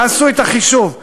תעשו את החישוב,